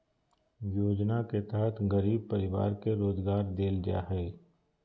योजना के तहत गरीब परिवार के रोजगार देल जा हइ